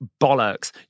bollocks